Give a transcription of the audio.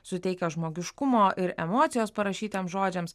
suteikia žmogiškumo ir emocijos parašytiems žodžiams